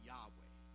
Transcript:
Yahweh